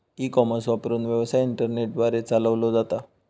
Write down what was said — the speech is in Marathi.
ई कॉमर्स वापरून, व्यवसाय इंटरनेट द्वारे चालवलो जाता